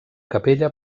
capella